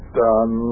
done